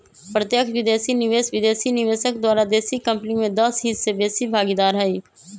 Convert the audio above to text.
प्रत्यक्ष विदेशी निवेश विदेशी निवेशक द्वारा देशी कंपनी में दस हिस्स से बेशी भागीदार हइ